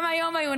גם היום היו,